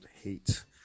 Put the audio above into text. hate